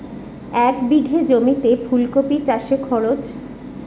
এক বিঘে জমিতে ফুলকপি চাষে খরচ?